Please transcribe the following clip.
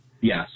Yes